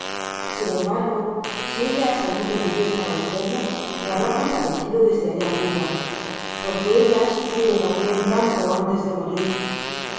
sin embargo si ella ha sabido que yo estaba enfermo me habrá compadecido desde allá arriba porque ella ha sufrido tambien tanto antes de morir